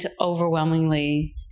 overwhelmingly